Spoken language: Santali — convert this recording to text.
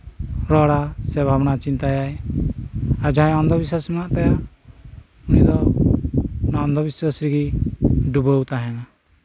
ᱨᱚᱲᱟ ᱥᱮ ᱵᱷᱟᱵᱽᱱᱟ ᱪᱤᱱᱛᱟᱹᱭᱟᱭ ᱟᱨ ᱡᱟᱦᱟᱸᱭ ᱚᱱᱫᱷᱚ ᱵᱤᱥᱥᱟᱥ ᱢᱮᱱᱟᱜ ᱛᱟᱭᱟ ᱩᱱᱤ ᱫᱚ ᱚᱱᱫᱷᱚ ᱵᱤᱥᱥᱟᱥ ᱨᱮᱜᱮ ᱰᱩᱵᱟᱹᱣ ᱛᱟᱦᱮᱱᱟ